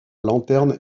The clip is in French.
lanterne